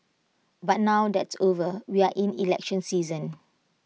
but now that's over we are in election season